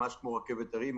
ממש כמו רכבת הרים,